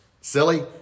Silly